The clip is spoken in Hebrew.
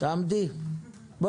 על זה